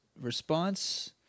response